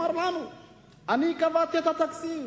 הוא אמר: אני קבעתי את התקציב.